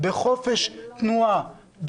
בחופש תנועה,